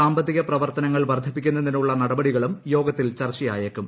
സാമ്പത്തിക പ്രവർത്തനങ്ങൾ വർദ്ധിപ്പിക്കുന്നതിനുള്ള നടപടികളും യോഗത്തിൽ ചർച്ചയായേക്കും